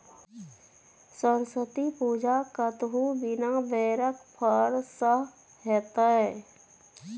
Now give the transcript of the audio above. सरस्वती पूजा कतहु बिना बेरक फर सँ हेतै?